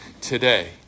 today